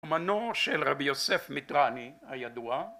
‫אומנו של רבי יוסף מיטרני הידוע.